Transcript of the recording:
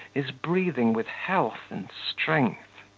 is breathing with health and strength.